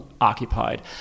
occupied